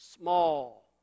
small